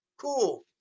Cool